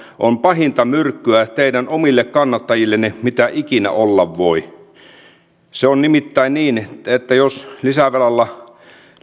on pahinta myrkkyä teidän omille kannattajillenne mitä ikinä olla voi se on nimittäin niin että jos lisävelalla